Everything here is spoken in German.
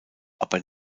aber